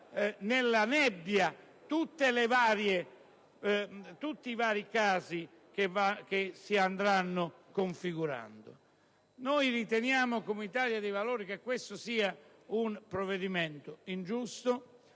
nella nebbia tutti i vari casi che si andranno configurando. Noi come Italia dei Valori riteniamo che questo sia un provvedimento ingiusto